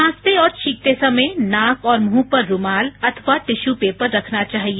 खांसते और छींकते समय नाक और मुंह पर रूमाल अथवा टिश्यू पेपर रखना चाहिए